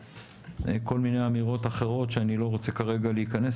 וכל מיני אמירות אחרות שאני לא רוצה כרגע להיכנס